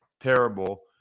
terrible